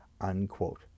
unquote